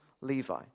Levi